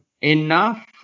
enough